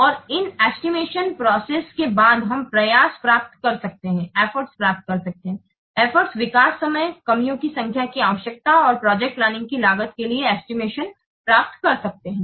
और इस estimation process के बाद हम प्रयास प्राप्त कर सकते हैं प्रयास विकास समय कर्मियों की संख्या की आवश्यकता और प्रोजेक्ट प्लानिंग की लागत के लिए एस्टिमेशन प्राप्त कर सकते हैं